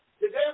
Today